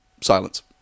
Silence